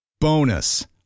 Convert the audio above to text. Bonus